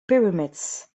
pyramids